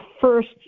first